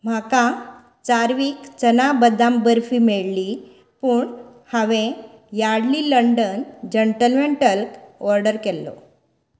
म्हाका चार्वीक चना बदाम बर्फी मेळ्ळीं पूण हांवे यार्डली लंडन जनटलमेनटल ऑर्डर केल्लो